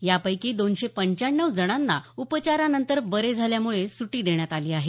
यापैकी दोनशे पंच्याण्णव जणांना उपचारानंतर बरे झाल्यामुळे सुटी देण्यात आली आहे